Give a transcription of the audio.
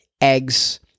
eggs